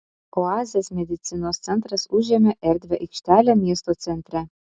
oazės medicinos centras užėmė erdvią aikštelę miesto centre